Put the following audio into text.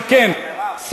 אם כן,